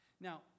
Now